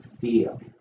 feel